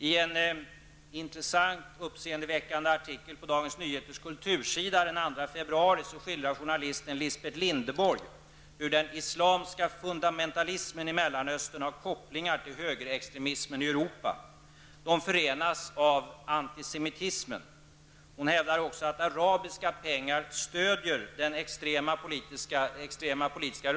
I en intressant och uppseendeväckande artikel på Dagens Nyheters kultursida den 2 februari skildrar journalisten Lisbeth Lindeborg hur den islamiska fundamentalismen i Mellanöstern har kopplingar till högerextremismen i Europa. De förenas av antisemitismen. Hon hävdar också att arabiska pengar stödjer extrema politiska rörelser i Europa.